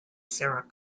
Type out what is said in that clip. sarah